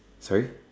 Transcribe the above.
sorry